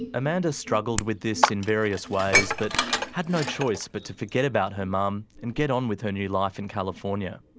amanda struggled with this in various ways but had no choice but to forget about her mum and get on with her new life in california.